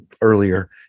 earlier